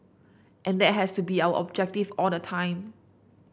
and that has to be our objective all the time